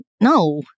No